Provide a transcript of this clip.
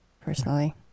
personally